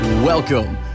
Welcome